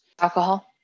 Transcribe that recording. alcohol